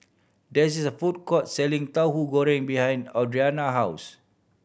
there is a food court selling Tauhu Goreng behind Audrina house